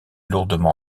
lourdement